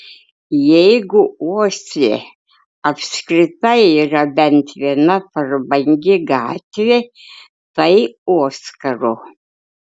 jeigu osle apskritai yra bent viena prabangi gatvė tai oskaro